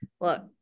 Look